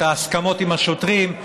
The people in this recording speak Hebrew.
את ההסכמות עם השוטרים,